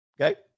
Okay